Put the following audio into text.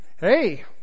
hey